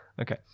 Okay